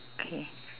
okay